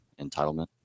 entitlement